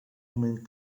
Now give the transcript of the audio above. moment